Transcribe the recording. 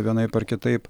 vienaip ar kitaip